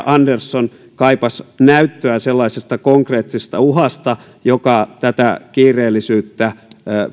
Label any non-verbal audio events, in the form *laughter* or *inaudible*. *unintelligible* andersson kaipasi näyttöä sellaisesta konkreettisesta uhasta joka tätä kiireellisyyttä